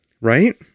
Right